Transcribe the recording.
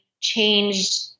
changed